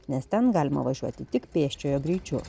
nes ten galima važiuoti tik pėsčiojo greičiu